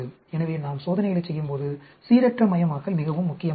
எனவே நாம் சோதனைகளைச் செய்யும்போது சீரற்றமயமாக்கல் மிகவும் முக்கியமானது